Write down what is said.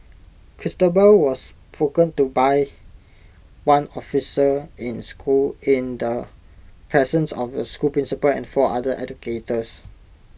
Christabel was spoken to by one officer in school in the presence of the school principal and four other educators